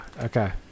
okay